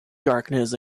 darkness